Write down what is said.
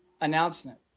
announcement